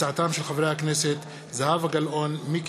תודה.